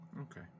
Okay